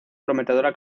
prometedora